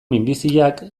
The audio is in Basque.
minbiziak